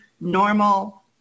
normal